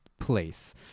place